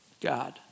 God